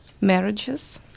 marriages